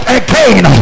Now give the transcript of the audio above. again